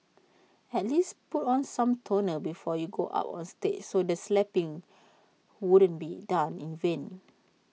at least put on some toner before you go up on stage so the slapping wouldn't be done in vain